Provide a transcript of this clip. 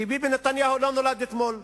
כי ביבי נתניהו לא נולד אתמול.